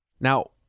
Now